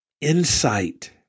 insight